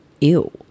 ew